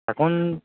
এখন